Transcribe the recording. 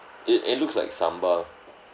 it it looks like sambal